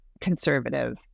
conservative